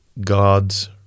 God's